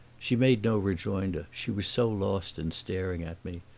she made no rejoinder, she was so lost in staring at me,